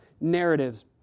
narratives